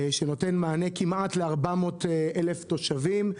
ונותן מענה לכמעט 400 אלף תושבים.